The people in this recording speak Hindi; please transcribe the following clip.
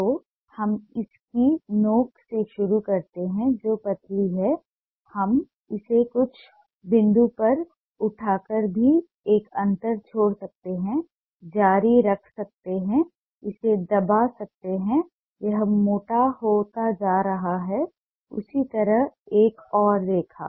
तो हम इसकी नोक से शुरू करते हैं जो पतली है हम इसे कुछ बिंदु पर उठाकर भी एक अंतर छोड़ सकते हैं जारी रख सकते हैं इसे दबा सकते हैं यह मोटा हो जाता है उसी तरह एक और रेखा